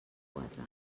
quatre